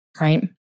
right